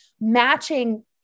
matching